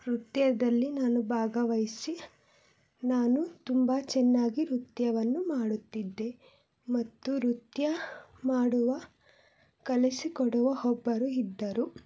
ನೃತ್ಯದಲ್ಲಿ ನಾನು ಭಾಗವಹಿಸಿ ನಾನು ತುಂಬ ಚೆನ್ನಾಗಿ ನೃತ್ಯವನ್ನು ಮಾಡುತ್ತಿದ್ದೆ ಮತ್ತು ನೃತ್ಯ ಮಾಡುವ ಕಲಿಸಿಕೊಡುವ ಒಬ್ಬರು ಇದ್ದರು